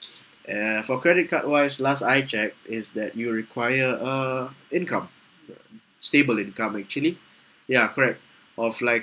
and uh for credit card wise last I checked is that you require a income stable income actually ya correct of like